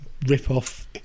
ripoff